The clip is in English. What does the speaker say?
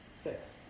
six